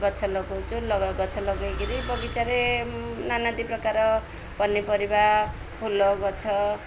ଗଛ ଲଗଉଛୁ ଗଛ ଲଗେଇକିରି ବଗିଚାରେ ନାନାଦୀ ପ୍ରକାର ପନିପରିବା ଫୁଲ ଗଛ